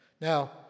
Now